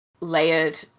layered